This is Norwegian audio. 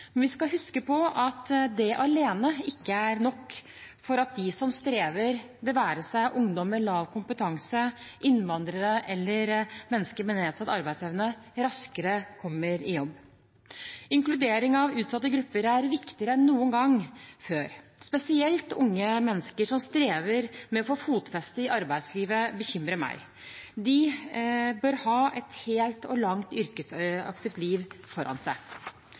men vi skal huske på at det alene ikke er nok for at de som strever – det være seg ungdom med lav kompetanse, innvandrere eller mennesker med nedsatt arbeidsevne – raskere kommer i jobb. Inkludering av utsatte grupper er viktigere enn noen gang før. Spesielt unge mennesker som strever med å få fotfeste i arbeidslivet, bekymrer meg. De bør ha et helt og langt yrkesaktivt liv foran seg.